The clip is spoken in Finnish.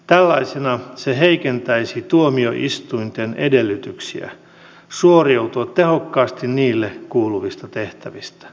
tällaisena se heikentäisi tuomioistuinten edellytyksiä suoriutua tehokkaasti niille kuuluvista tehtävistä